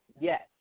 Yes